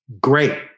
great